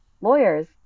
Lawyers